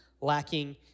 lacking